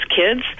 kids